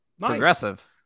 Progressive